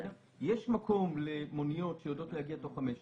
יש מקום למוניות שיודעות להגיע בתוך חמש דקות,